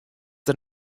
der